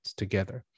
together